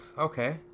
Okay